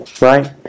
Right